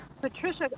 Patricia